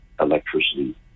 electricity